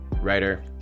writer